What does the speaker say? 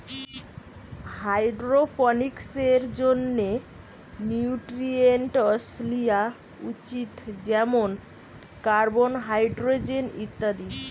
হাইড্রোপনিক্সের জন্যে নিউট্রিয়েন্টস লিয়া উচিত যেমন কার্বন, হাইড্রোজেন ইত্যাদি